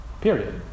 Period